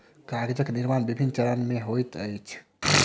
कागजक निर्माण विभिन्न चरण मे होइत अछि